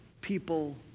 people